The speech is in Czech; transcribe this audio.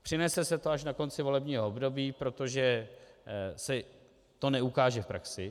Přinese se to až na konci volebního období, protože se to neukáže v praxi.